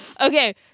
okay